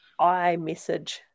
iMessage